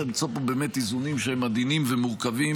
צריך למצוא פה באמת איזונים עדינים ומורכבים,